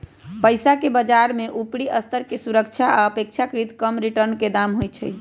पइसाके बजार में उपरि स्तर के सुरक्षा आऽ अपेक्षाकृत कम रिटर्न के दाम होइ छइ